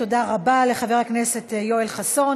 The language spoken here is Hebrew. תודה רבה לחבר הכנסת יואל חסון.